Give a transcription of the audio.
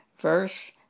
verse